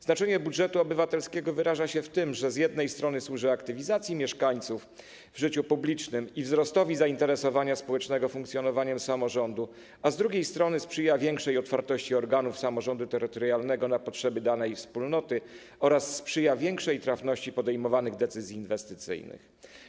Znaczenie budżetu obywatelskiego wyraża się w tym, że z jednej strony służy aktywizacji mieszkańców w życiu publicznym i wzrostowi zainteresowania społecznego funkcjonowaniem samorządu, a z drugiej strony sprzyja większej otwartości organów samorządu terytorialnego na potrzeby danej wspólnoty oraz większej trafności podejmowanych decyzji inwestycyjnych.